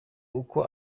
uko